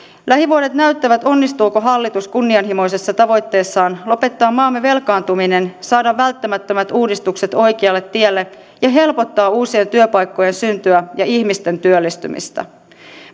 lähivuodet näyttävät onnistuuko hallitus kunnianhimoisessa tavoitteessaan lopettaa maamme velkaantuminen saada välttämättömät uudistukset oikealle tielle ja helpottaa uusien työpaikkojen syntyä ja ihmisten työllistymistä